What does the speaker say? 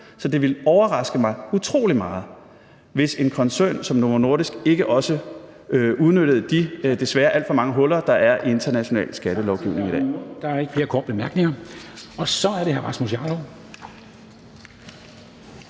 så det ville overraske mig utrolig meget, hvis en koncern som Novo Nordisk ikke også udnyttede de desværre alt for mange huller, der er i international skattelovgivning i dag. Kl. 10:25 Formanden (Henrik Dam Kristensen): Tak til